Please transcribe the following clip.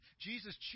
Jesus